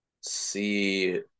see